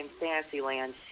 Fantasyland